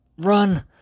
run